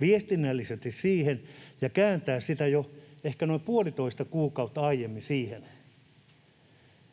viestinnällisesti siihen ja kääntää sitä jo ehkä noin puolitoista kuukautta aiemmin siihen,